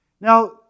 Now